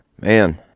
man